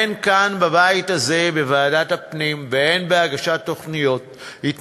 הן כאן בבית הזה בוועדת הפנים והן בהגשת התנגדויות,